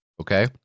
Okay